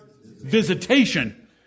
visitation